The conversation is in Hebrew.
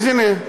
אז הנה,